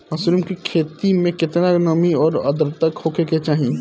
Mushroom की खेती में केतना नमी और आद्रता होखे के चाही?